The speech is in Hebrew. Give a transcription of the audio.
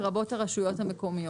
לרבות הרשויות המקומיות.